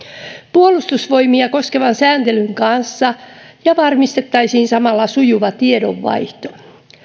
puolustusvoimia koskevan sääntelyn kanssa ja varmistettaisiin samalla sujuva tiedonvaihto